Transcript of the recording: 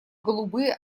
голубые